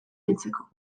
heltzeko